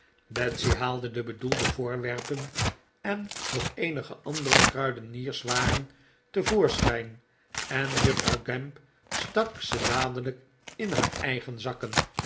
betsy haalde de bedoelde voorwerpen en nog eenige andere kruidenierswaren te voorschijn en juffrouw gamp stak ze dadelijk in haar eigen zak